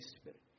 Spirit